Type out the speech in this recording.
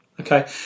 Okay